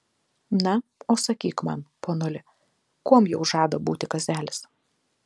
na o sakyk man ponuli kuom jau žada būti kazelis